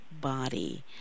body